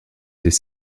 des